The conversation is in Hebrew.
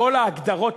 כל ההגדרות,